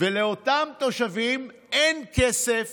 ולאותם תושבים אין כסף